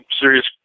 serious